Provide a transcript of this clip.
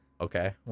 okay